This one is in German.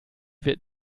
wird